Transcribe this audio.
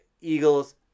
Eagles